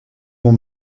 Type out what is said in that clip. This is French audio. bon